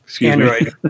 Android